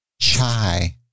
chai